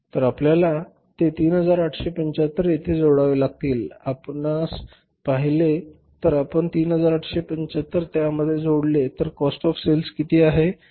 तर आपल्याला ते 3875 येथे जोडावे लागेल आणि आपण पाहिले जर आपण 3875 त्यामध्ये जोडले तर काॅस्ट ऑफ सेल किती आहे